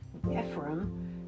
Ephraim